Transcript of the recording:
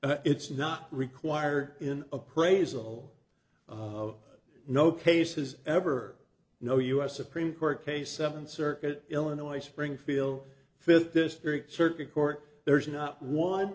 they it's not required in appraisal of no cases ever no us supreme court case seven circuit illinois springfield fifth district circuit court there is not one